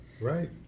Right